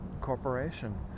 Corporation